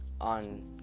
on